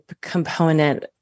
component